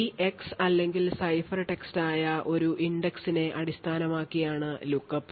key X അല്ലെങ്കിൽ സിഫർടെക്സ്റ്റ് ആയ ഒരു index നെ അടിസ്ഥാനമാക്കിയാണ് look up